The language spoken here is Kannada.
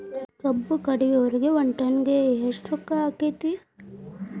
ಕಬ್ಬು ಕಡಿಯುವರಿಗೆ ಒಂದ್ ಟನ್ ಗೆ ಎಷ್ಟ್ ರೊಕ್ಕ ಆಕ್ಕೆತಿ?